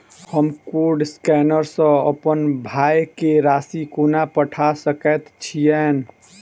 हम code scanner सँ अप्पन भाय केँ राशि कोना पठा सकैत छियैन?